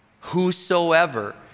Whosoever